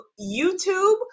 YouTube